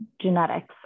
genetics